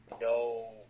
no